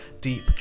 deep